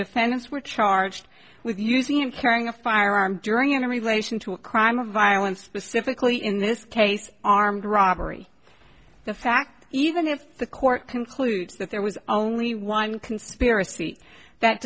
defendants were charged with using and carrying a firearm during in relation to a crime of violence specifically in this case armed robbery the fact even if the court concludes that there was only one conspiracy that